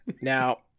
Now